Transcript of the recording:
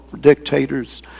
dictators